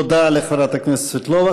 תודה לחברת הכנסת סבטלובה.